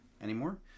anymore